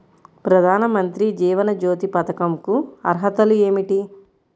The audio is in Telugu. ప్రధాన మంత్రి జీవన జ్యోతి పథకంకు అర్హతలు ఏమిటి?